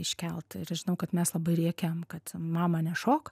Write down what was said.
iškelt ir žinau kad mes labai rėkėm kad mama nešok